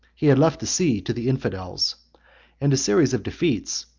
he had left the sea to the infidels and a series of defeats,